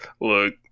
Look